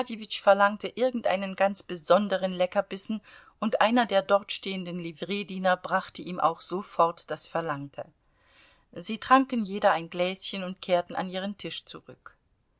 verlangte irgendeinen ganz besonderen leckerbissen und einer der dort stehenden livreediener brachte ihm auch sofort das verlangte sie tranken jeder ein gläschen und kehrten an ihren tisch zurück